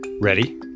Ready